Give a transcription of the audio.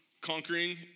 conquering